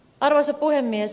arvoisa puhemies